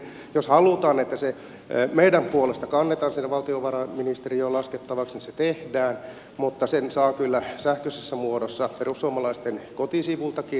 jos halutaan että se meidän puolestamme kannetaan sinne valtiovarainministeriöön laskettavaksi niin se tehdään mutta sen saa kyllä sähköisessä muodossa perussuomalaisten kotisivuiltakin